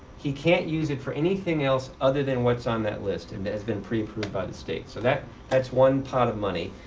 he can't use it for anything else other than what's on that list and that's been pre-approved by the state. so that's one pot of money.